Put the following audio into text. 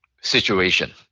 situation